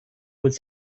would